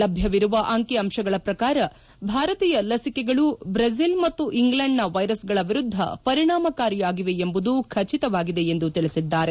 ಲಭ್ಯವಿರುವ ಅಂಕಿ ಅಂಶಗಳ ಪ್ರಕಾರ ಭಾರತೀಯ ಲಸಿಕೆಗಳು ಬ್ರೆಜಿಲ್ ಮತ್ತು ಇಂಗ್ಲೆಂಡ್ನ ವೈರಸ್ಗಳ ವಿರುದ್ದ ಪರಿಣಾಮಕಾರಿಯಾಗಿವೆ ಎಂಬುದು ಖಚಿತವಾಗಿದೆ ಎಂದು ತಿಳಿಸಿದ್ದಾರೆ